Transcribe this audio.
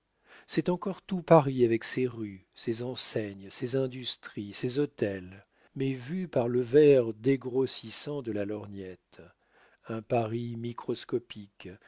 c'est encore tout paris avec ses rues ses enseignes ses industries ses hôtels mais vu par le verre dégrossissant de la lorgnette un paris microscopique